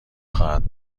خواهد